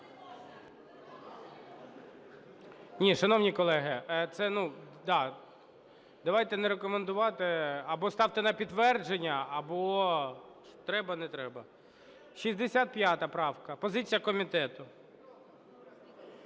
Ні, шановні колеги, це… Да, давайте не рекомендувати, або ставте на підтвердження, або "треба – не треба". 65 правка. Позиція комітету?